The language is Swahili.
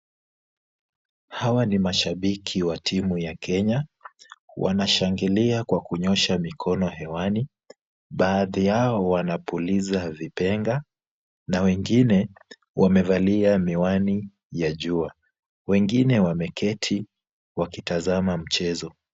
Hawa ni mashabiki wa timu ya Kenya. Wanashangilia kwa kunyoosha mikono hewani. Baadhi yao wanapuliza vipenga na wengine wamevalia miwani ya jua. Wengine wameketi wakitazama mchezo.